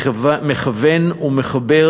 מכוון ומחבר,